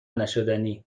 نشدنی